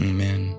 Amen